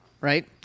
right